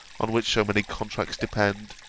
on which so many contracts depend,